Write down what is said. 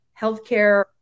healthcare